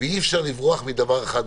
ואי אפשר לברוח מדבר אחד,